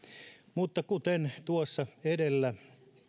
mutta kuten tuossa edellä